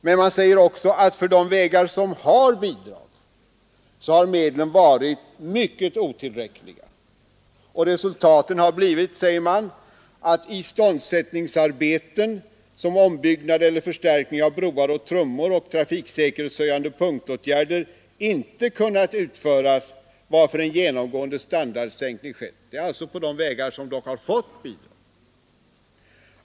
Men man säger också att för de vägar som hade bidrag har medlen varit mycket otillräckliga och resultaten har blivit, säger man, att igångsättningsarbeten såsom ombyggnad eller förstärkning av broar och trummor och trafiksäkerhetshöjande punktåtgärder inte kunnat utföras, varför en genomgående standardsänkning skett. Detta gäller alltså de vägar som har fått bidrag.